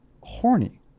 Horny